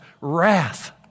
wrath